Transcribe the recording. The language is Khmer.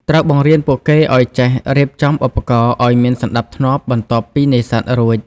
ត្រូវបង្រៀនពួកគេឱ្យចេះ រៀបចំឧបករណ៍ ឱ្យមានសណ្តាប់ធ្នាប់បន្ទាប់ពីនេសាទរួច។